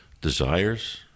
desires